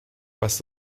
was